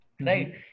Right